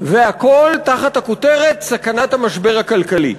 והכול תחת הכותרת: סכנת המשבר הכלכלי.